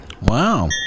Wow